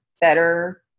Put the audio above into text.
better